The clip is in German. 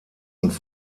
und